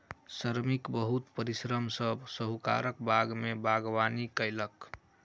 श्रमिक बहुत परिश्रम सॅ साहुकारक बाग में बागवानी कएलक